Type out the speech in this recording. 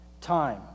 time